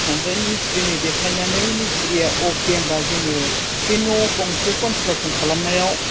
ओमफ्राय मिस्ट्रिनो देखायनानै मिस्ट्रिया अके होनबा जोङो बे न' गंसे कनस्ट्राकशन खालामनायाव